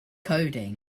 coding